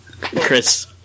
Chris